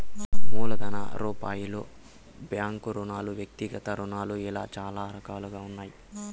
మూలధన రూపాలలో బ్యాంకు రుణాలు వ్యక్తిగత రుణాలు ఇలా చాలా రకాలుగా ఉన్నాయి